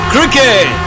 Cricket